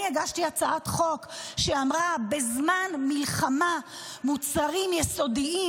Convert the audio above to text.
אני הגשתי הצעת חוק שאמרה: בזמן מלחמה מוצרים יסודיים